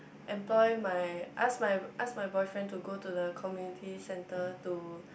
employ my ask my ask my boyfriend to go to the community center to